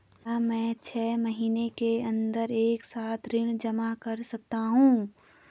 क्या मैं छः महीने के अन्दर एक साथ ऋण जमा कर सकता हूँ?